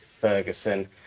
Ferguson